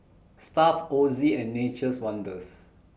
Stuff'd Ozi and Nature's Wonders